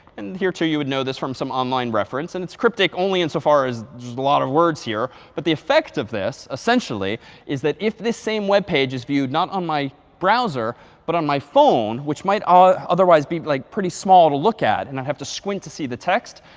and here too you would know this from some online reference. and it's cryptic only insofar as there's a lot of words here. but the effect of this essentially is that if this same web page is viewed not on my browser but on my phone, which might ah otherwise be like pretty small to look at, and i'd have to squint to see the text,